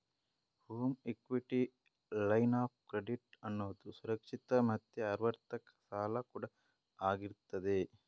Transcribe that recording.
home equity line of credit ಅನ್ನುದು ಸುರಕ್ಷಿತ ಮತ್ತೆ ಆವರ್ತಕ ಸಾಲ ಕೂಡಾ ಆಗಿರ್ತದೆ